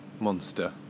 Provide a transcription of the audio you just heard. monster